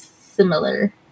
similar